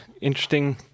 interesting